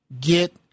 get